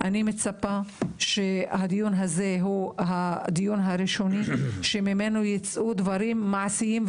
אני מצפה שהדיון הזה הוא דיון ראשון שממנו יצאו דברים מעשיים,